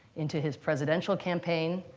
into his presidential campaign,